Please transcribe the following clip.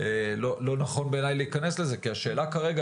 לא נכון בעיני להכנס לזה כי השאלה כרגע